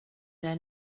their